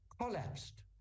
collapsed